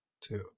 Two